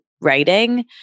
writing